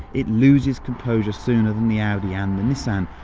it loses composure sooner than the audi and the nissan.